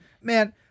Man